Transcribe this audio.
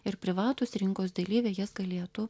ir privatūs rinkos dalyviai jas galėtų